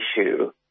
issue